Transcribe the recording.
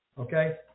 okay